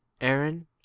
Aaron